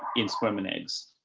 instrument eggs.